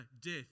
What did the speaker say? death